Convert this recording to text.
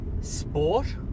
sport